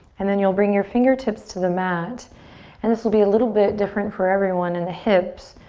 and then you'll bring your fingertips to the mat and this will be a little bit different for everyone in the hips.